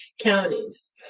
counties